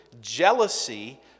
jealousy